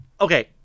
Okay